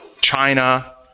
China